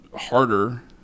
harder